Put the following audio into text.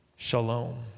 Shalom